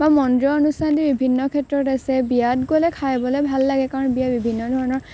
বা মন্দিৰৰ অনুষ্ঠান আদি বিভিন্ন ক্ষেত্ৰত আছে বিয়াত গ'লে খাবলৈ ভাল লাগে কাৰণ বিয়া বিভিন্ন ধৰণৰ